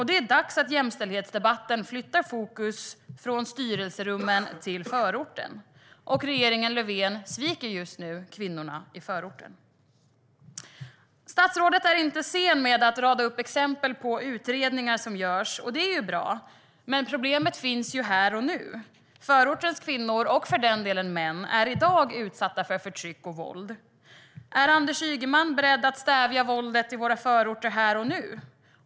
Det är dags att jämställdhetsdebatten flyttar fokus från styrelserummen till förorten. Regeringen Löfven sviker just nu kvinnorna i förorten. Statsrådet är inte sen med att rada upp exempel på utredningar som görs, och det är ju bra att de görs, men problemet finns här och nu. Förortens kvinnor, och för den delen män, är i dag utsatta för förtryck och våld. Är Anders Ygeman beredd att stävja våldet i våra förorter här och nu?